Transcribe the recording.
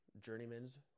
journeyman's